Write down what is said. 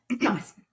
Nice